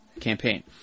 campaign